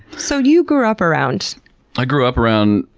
so, you grew up around grew up around.